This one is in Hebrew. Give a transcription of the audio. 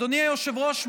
אדוני היושב-ראש,